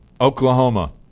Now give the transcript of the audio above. Oklahoma